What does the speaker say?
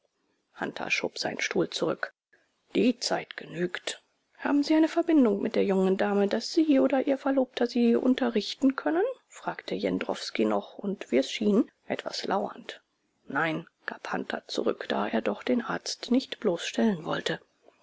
schob seinen stuhl zurück die zeit genügt haben sie eine verbindung mit der jungen dame daß sie oder ihr verlobter sie unterrichten können fragte jendrowski noch und wie es schien etwas lauernd nein gab hunter zurück da er doch den arzt nicht bloßstellen konnte